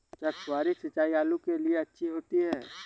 क्या फुहारी सिंचाई आलू के लिए अच्छी होती है?